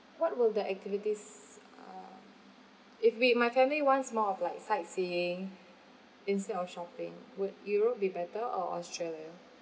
what will that activities uh if we my family wants more of like sightseeing instead of shopping would europe be better or australia